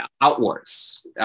Outwards